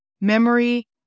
memory